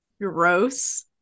gross